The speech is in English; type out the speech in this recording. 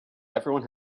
everyone